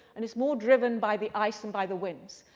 and it's more driven by the ice and by the winds.